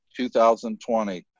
2020